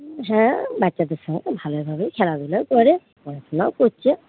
হ্যাঁ বাচ্চাদের সঙ্গে ভালোভাবেই খেলাধুলা করে পড়াশোনাও করছে